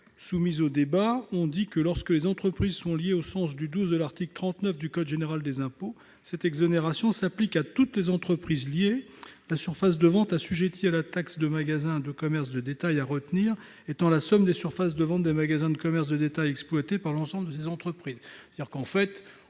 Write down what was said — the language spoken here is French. tend à prévoir que, « lorsque des entreprises sont liées au sens du 12 de l'article 39 du code général des impôts, cette exonération s'applique à toutes les entreprises liées, la surface de vente assujettie à la taxe de magasins de commerce de détail à retenir étant la somme des surfaces de vente des magasins de commerce de détail exploités par l'ensemble de ces entreprises